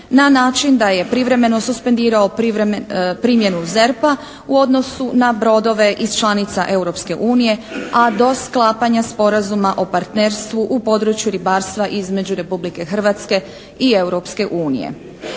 na način da je privremeno suspendirao primjenu ZERP-a u odnosu na brodove i članica Europske unije, a do sklapanja sporazuma o partnerstvu u području ribarstva između Republike Hrvatske i